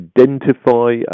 identify